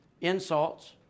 insults